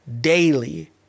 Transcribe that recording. Daily